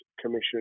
Commission